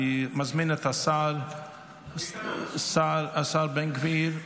אני מזמין את השר בן גביר,